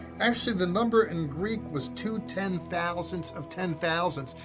actually the number in greek was two ten thousands of ten thousands.